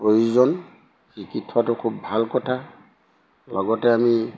প্ৰয়োজন শিকি থোৱাটো খুব ভাল কথা লগতে আমি